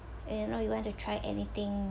eh you know you want to try anything